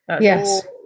Yes